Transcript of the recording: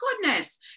goodness